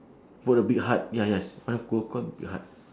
for the big heart ya yes call the big heart